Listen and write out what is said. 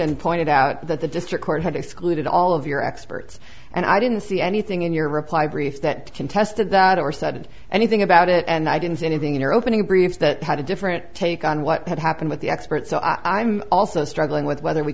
and pointed out that the district court had excluded all of your experts and i didn't see anything in your reply brief that contested that or said anything about it and i didn't see anything in your opening brief that had a different take on what had happened with the experts i'm also struggling with whether we